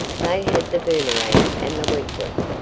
they had the boomerang and the weet-weet,